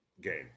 game